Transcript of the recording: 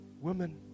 women